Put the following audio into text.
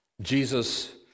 jesus